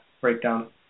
breakdown